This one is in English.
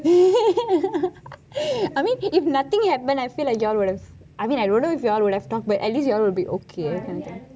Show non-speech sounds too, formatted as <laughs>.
<laughs> I mean if nothing happened I feel like you all would have I mean don't know if you all would have talked but at least you all would be ok